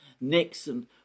Nixon